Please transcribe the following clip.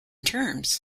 terms